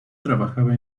trabajaba